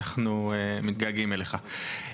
מתגעגעים אליך.